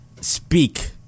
speak